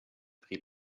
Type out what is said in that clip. prit